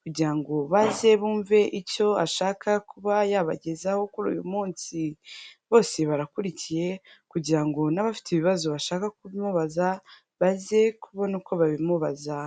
kugira ngo baze bumve icyo ashaka kuba yabagezaho kuri uyu munsi. Bose barakurikiye kugira ngo n'abafite ibibazo bashaka kumubaza baze kubona uko babimubaza.